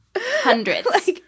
Hundreds